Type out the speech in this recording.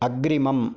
अग्रिमम्